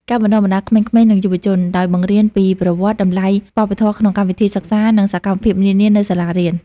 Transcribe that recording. ការបណ្តុះបណ្តាលក្មេងៗ និងយុវជន ដោយបង្រៀនពីប្រវត្តិ តម្លៃវប្បធម៌ក្នុងកម្មវិធីសិក្សា និងសកម្មភាពនានានៅសាលារៀន។